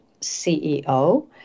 CEO